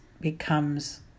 becomes